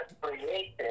created